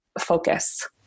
focus